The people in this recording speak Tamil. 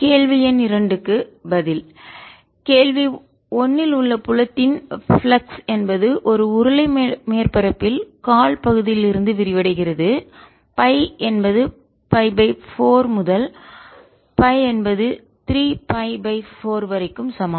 dS2Rcos2ϕ3Rsin2RdϕdzR22ϕ3ϕdϕdzR22ϕdϕdz கேள்வி எண் 2 க்கு பதில் கேள்வி 1 இல் உள்ள புலத்தின் ப்ளெக்ஸ் பாய்வு என்பது ஒரு உருளை மேற்பரப்பில் கால் பகுதியிலிருந்து விரிவடைகிறது பை என்பது π 4 முதல் பை என்பது 3 π 4 வரைக்கு சமம்